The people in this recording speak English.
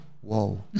whoa